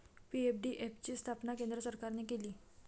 PFDF ची स्थापना केंद्र सरकारने केली